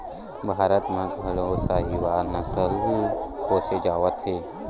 भारत म घलो साहीवाल नसल ल पोसे जावत हे